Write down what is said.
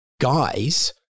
guys